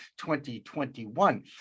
2021